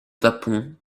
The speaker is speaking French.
dampont